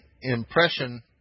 impression